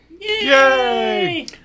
Yay